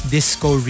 Disco